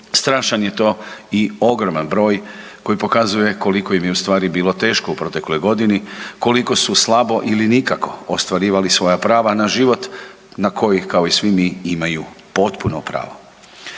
Strašan je to i ogroman broj koji pokazuje koliko im je ustvari bilo teško u protekloj godini, koliko su slabo ili nikako ostvarivali svoja prava na život na koji kao i svi mi imaju potpuno pravo.